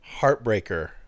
Heartbreaker